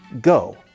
go